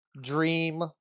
Dream